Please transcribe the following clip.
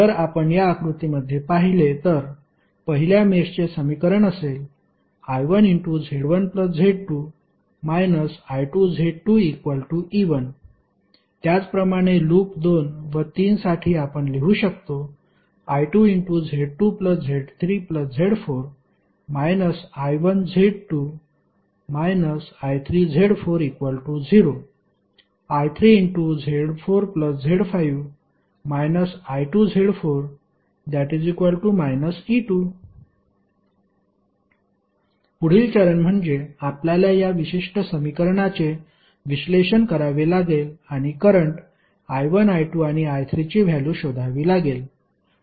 जर आपण या आकृतीमध्ये पाहिले तर पहिल्या मेषचे समीकरण असेल I1Z1Z2 I2Z2E1 त्याचप्रमाणे लूप दोन व तीन साठी आपण लिहू शकतो I2Z2Z3Z4 I1Z2 I3Z40 I3Z4Z5 I2Z4 E2 पुढील चरण म्हणजे आपल्याला या विशिष्ट समीकरणाचे विश्लेषण करावे लागेल आणि करंट I1 I2 आणि I3 ची व्हॅल्यु शोधावी लागेल